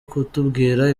kutubwira